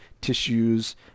tissues